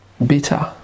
Bitter